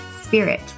spirit